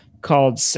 called